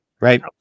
right